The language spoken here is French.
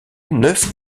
neuf